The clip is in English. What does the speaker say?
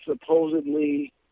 supposedly